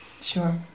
sure